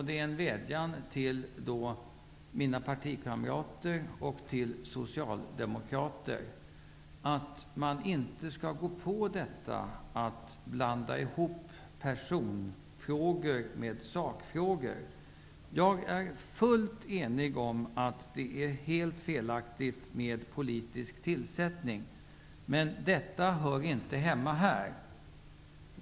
Det är en vädjan till mina partikamrater och till Socialdemokraterna, att de inte skall blanda ihop personfrågor med sakfrågor. Jag håller fullständigt med om att det är helt felaktigt med politisk tillsättning. Men den frågan hör inte hemma här.